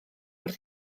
wrth